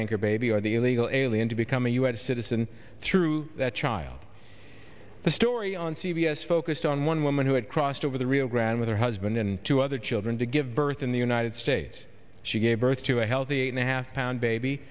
anchor baby or the illegal alien to become a u s citizen through that child the story on c b s focused on one woman who had crossed over the rio grande with her husband and two other children to give birth in the united states she gave birth to a healthy and a half pound baby